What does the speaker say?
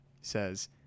says